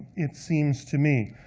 it seems to me.